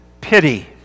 pity